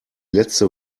letzte